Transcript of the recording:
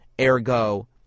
Ergo